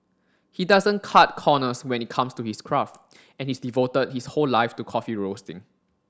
he doesn't cut corners when it comes to his craft and he's devoted his whole life to coffee roasting